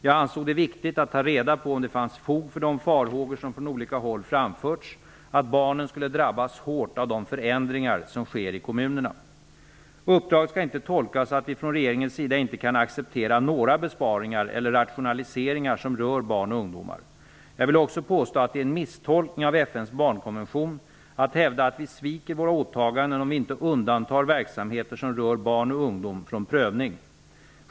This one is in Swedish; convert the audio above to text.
Jag ansåg det viktigt att ta reda på om det fanns fog för de farhågor som från olika håll framförts att barnen skulle drabbas hårt av de förändringar som sker i kommunerna. Uppdraget skall inte tolkas så att vi från regeringens sida inte kan acceptera några besparingar eller rationaliseringar som rör barn och ungdomar. Jag vill också påstå att det är en misstolkning av FN:s barnkonvention att hävda att vi sviker våra åtaganden om vi inte undantar verksamheter som rör barn och ungdom från prövning.